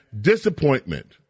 disappointment